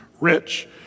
rich